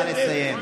נא לסיים.